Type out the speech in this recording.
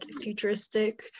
futuristic